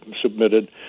submitted